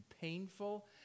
painful